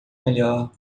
melhor